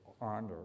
honor